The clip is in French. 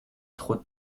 trop